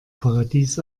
paradies